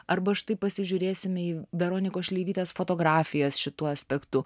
arba štai pasižiūrėsime į veronikos šleivytės fotografijas šituo aspektu